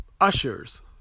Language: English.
Ushers